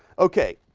okay,